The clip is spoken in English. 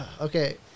okay